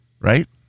Right